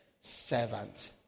servant